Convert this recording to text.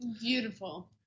Beautiful